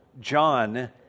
John